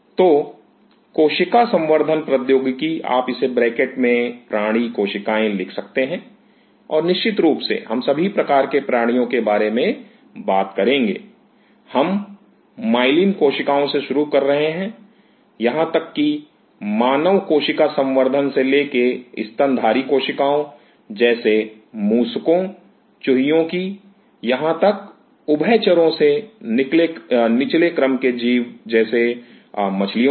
तो कोशिका संवर्धन प्रौद्योगिकी आप इसे ब्रैकेट में प्राणी कोशिकाएं लिख सकते हैं और निश्चित रूप से हम सभी प्रकार के प्राणियों के बारे में बात करेंगे हम माइलिन कोशिकाओं से शुरू कर रहे हैं यहां तक कि मानव कोशिका संवर्धन से लेकर स्तनधारी कोशिकाओं जैसे मूषको चुहियों की यहां तक उभयचरों से निचले क्रम के जीव जैसे मछलियों तक